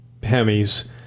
Hemis